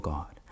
God